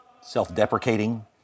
self-deprecating